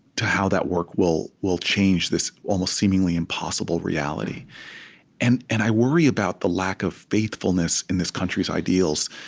to how that work will will change this almost seemingly impossible reality and and i worry about the lack of faithfulness in this country's ideals.